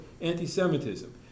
anti-Semitism